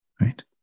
Right